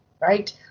right